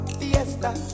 fiesta